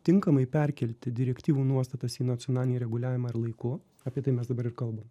tinkamai perkelti direktyvų nuostatas į nacionalinį reguliavimą ir laiku apie tai mes dabar ir kalbam